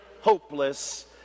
hopeless